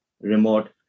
remote